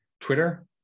Twitter